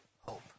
hope